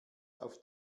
auf